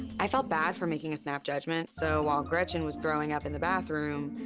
i felt bad for making a snap judgement, so while gretchen was throwing up in the bathroom,